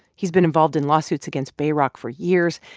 he's been involved in lawsuits against bayrock for years,